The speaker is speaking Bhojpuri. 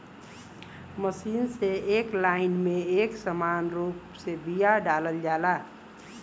मशीन से एक लाइन में एक समान रूप से बिया डालल जाला